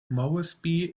moresby